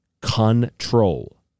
control